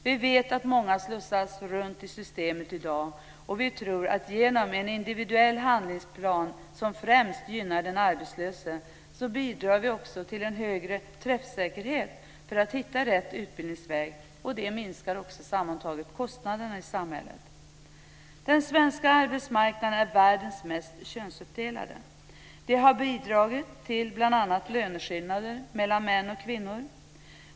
Vi vet att många slussas runt i systemet i dag. Vi tror att genom en individuell handlingsplan som främst gynnar den arbetslöse bidrar vi också till en högre träffsäkerhet för att hitta rätt utbildningsväg. Det minskar också sammantaget kostnaderna i samhället. Den svenska arbetsmarknaden är världens mest könsuppdelade. Det har bl.a. bidragit till löneskillnader mellan män och kvinnor.